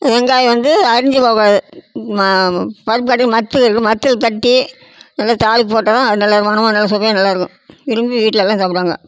வெங்காயம் வந்து அரிஞ்சு போடக்கூடாது ம பருப்பு கடையற மத்து இருக்கும் மத்தில் தட்டி நல்லா தாளிப்பு போட்டோமுன்னால் நல்ல மணமும் நல்ல சுவையும் நல்லாயிருக்கும் விரும்பி வீட்லலெல்லாம் சாப்பிடுவாங்க